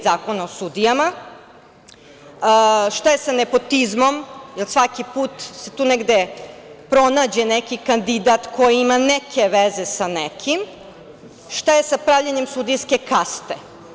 Zakona o sudijama, šta je sa nepotizmom, jer svaki put se tu negde pronađe neki kandidat koji ima neke veze sa nekim, šta je sa pravljenjem sudijske kaste.